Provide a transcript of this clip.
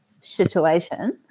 situation